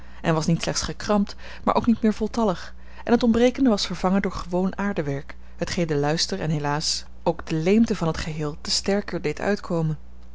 en was niet slechts gekramd maar ook niet meer voltallig en t ontbrekende was vervangen door gewoon aardewerk hetgeen den luister en helaas ook de leemte van het geheel te sterker deed uitkomen